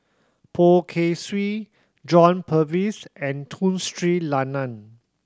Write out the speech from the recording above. Poh Kay Swee John Purvis and Tun Sri Lanang